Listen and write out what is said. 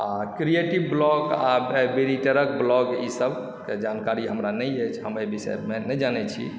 आ creative blog आ बेरिटरीक ब्लॉग ईसभ जानकारी हमरा नहि अछि हम एहि विषयमे नहि जानैत छी